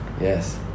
Yes